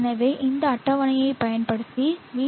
எனவே இந்த அட்டவணையைப் பயன்படுத்தி VT